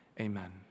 amen